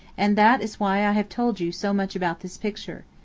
and that is why i have told you so much about this picture.